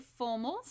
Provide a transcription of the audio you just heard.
formals